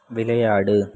விளையாடு